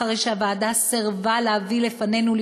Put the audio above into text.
אחרי שהוועדה סירבה להביא לפנינו,